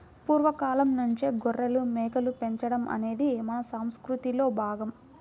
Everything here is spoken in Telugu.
పూర్వ కాలంనుంచే గొర్రెలు, మేకలు పెంచడం అనేది మన సంసృతిలో భాగం